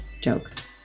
Jokes